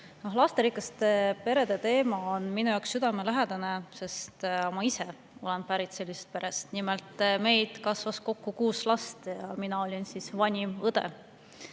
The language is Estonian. Lasterikaste perede teema on minu jaoks südamelähedane, sest ma ise olen pärit sellisest perest. Nimelt, meid kasvas kokku kuus last. Mina olin vanim õde.